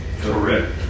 Correct